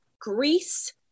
Greece